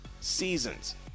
seasons